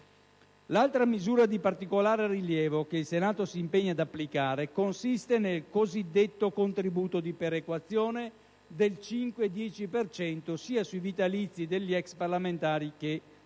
L'altra misura di particolare rilievo che il Senato si impegna ad applicare consiste nel cosiddetto contributo di perequazione del 5 e del 10 per cento sia sui vitalizi degli ex parlamentari, che sulle